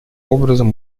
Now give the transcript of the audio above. образом